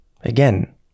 again